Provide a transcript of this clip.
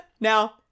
Now-